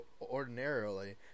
ordinarily